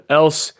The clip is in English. else